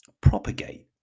propagate